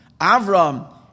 Avram